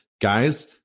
Guys